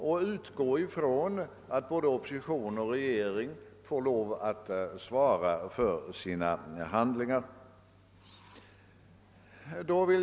Jag utgår alltså från att både opposition och regering får svara för sina handlingar.